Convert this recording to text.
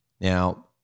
Now